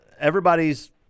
everybody's